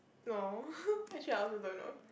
no actually I also don't know